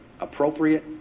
Appropriate